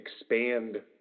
expand